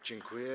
Dziękuję.